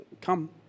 come